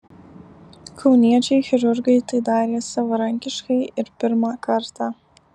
kauniečiai chirurgai tai darė savarankiškai ir pirmą kartą